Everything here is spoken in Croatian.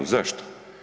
Zašto?